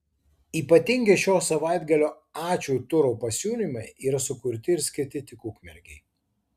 ypatingi šio savaitgalio ačiū turo pasiūlymai yra sukurti ir skirti tik ukmergei